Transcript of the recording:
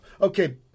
Okay